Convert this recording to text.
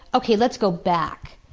okay, let's go back.